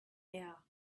air